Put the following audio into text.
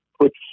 puts